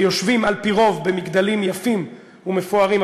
היושבים על-פי רוב במגדלים יפים ומפוארים,